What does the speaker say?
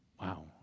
Wow